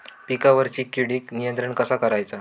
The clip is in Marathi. पिकावरची किडीक नियंत्रण कसा करायचा?